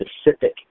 specific